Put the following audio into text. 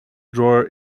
drawer